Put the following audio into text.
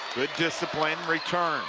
good discipline, return